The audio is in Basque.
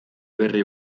berri